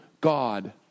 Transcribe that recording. God